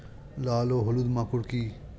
লাল ও হলুদ মাকর কী?